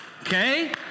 Okay